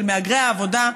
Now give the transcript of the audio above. של מהגרי העבודה,